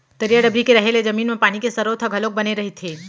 तरिया डबरी के रहें ले जमीन म पानी के सरोत ह घलोक बने रहिथे